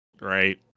Right